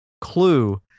Clue